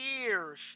years